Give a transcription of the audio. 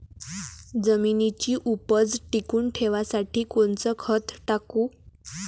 जमिनीची उपज टिकून ठेवासाठी कोनचं खत टाकू?